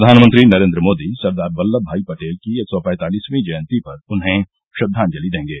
प्रधानमंत्री नरेन्द्र मोदी सरदार वल्लम भाई पटेल की एक सौ पैतालीसवीं जयन्ती पर उन्हें श्रद्वांजलि देंगे